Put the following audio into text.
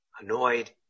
annoyed